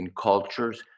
cultures